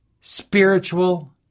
spiritual